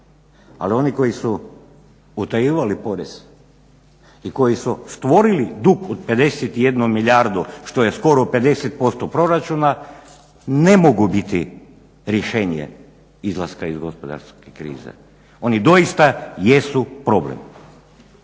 ali oni koji su utajivali porez i koji su stvorili dug od 51 milijardu što je skoro 50% proračuna ne mogu biti rješenje izlaska iz gospodarske krize. Oni doista jesu problem.